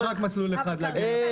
יש רק מסלול אחד להגיע לזה.